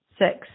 Six